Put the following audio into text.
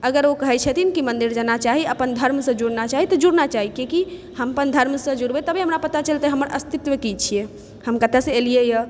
अगर ओ कहै छथिन कि मन्दिर जाना चाही अपन धर्मसँ जुड़ना चाही तऽ जुड़ना चाही कियाकि हम अपन धर्मसँ जुड़बै तबे हमरा पता चलतै हमर अस्तित्व की छै हम कतऽ सँ एलियै